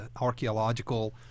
archaeological